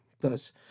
thus